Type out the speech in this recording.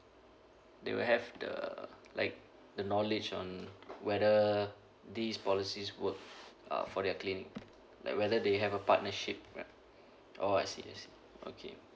they will have the like the knowledge on whether these policies work uh for their clinics like whether they have a partnership right orh I see I see okay